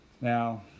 Now